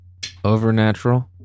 overnatural